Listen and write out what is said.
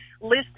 list